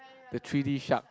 the three D shark